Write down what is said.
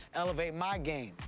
elevate my game.